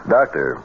Doctor